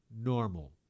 normal